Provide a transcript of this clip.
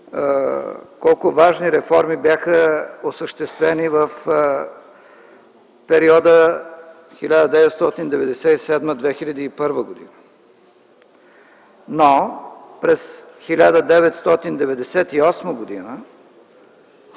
колко важни реформи бяха осъществени в периода 1997-2001 г. През 1998 г.